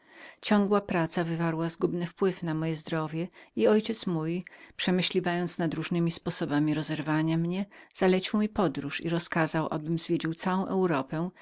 ciągła ta praca wywarła zgubny wpływ na moje zdrowie i ojciec mój przemyślając nad różnemi sposobami rozerwania mnie zalecił mi podróż i rozkazał abym zwiedził całą europę